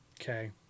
Okay